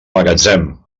magatzem